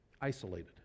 isolated